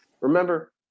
Remember